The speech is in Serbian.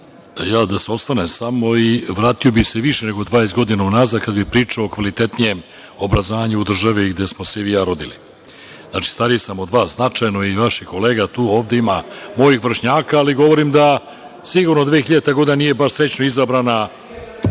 Da se osvrnem samo, vratio bih se više nego 20 godina unazad kada bih pričao o kvalitetnijem obrazovanju u državi gde smo se i vi i ja rodili. Znači, stariji sam od vas značajno i vaših kolega tu. Ovde ima mojih vršnjaka, ali govorim da sigurno 2000. godina nije baš srećno izabrana.